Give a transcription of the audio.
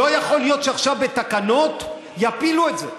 לא יכול להיות שעכשיו בתקנות יפילו את זה.